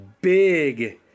big